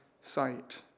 sight